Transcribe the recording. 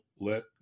let